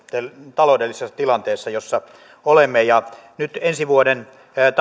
taloudellisessa tilanteessa jossa olemme nyt vuosien